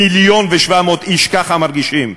מיליון ו-700,000 איש ככה מרגישים,